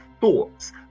thoughts